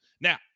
Now